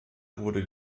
wurde